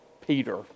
Peter